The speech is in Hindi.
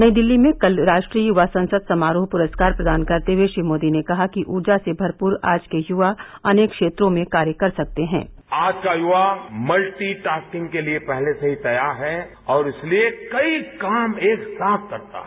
नई दिल्ली में कल राष्ट्रीय युवा संसद समारोह प्रस्कार प्रदान करते हुए श्री मोदी ने कहा कि ऊर्जा से भरपूर आज के युवा अनेक क्षेत्रों में कार्य कर सकते हैं आज का युवा मल्टी टॉस्किंग के लिए पहले से ही तैयार है और इसलिए कई काम एक साथ करता है